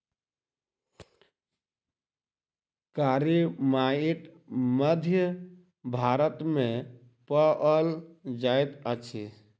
कारी माइट मध्य भारत मे पाओल जाइत अछि